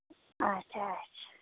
اچھا چھا